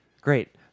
Great